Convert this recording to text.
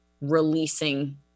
releasing